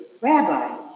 Rabbi